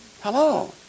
Hello